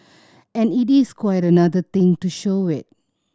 and it is quite another thing to show it